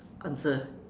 answer